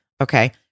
okay